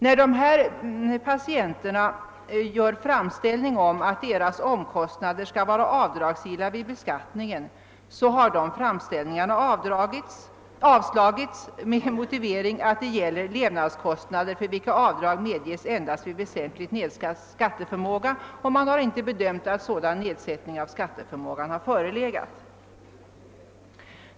När sådana patienter begärt att deras omkostnader skall vara avdragsgilla vid beskattningen har dessa framställningar avslagits med motiveringen att det är fråga om levnadskostnader, för vilka avdrag medges endast vid väsentligt nedsatt skatteförmåga. Man har inte bedömt att sådan nedsättning av skatteförmågan förelegat.